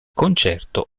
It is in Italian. concerto